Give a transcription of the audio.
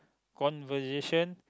conversation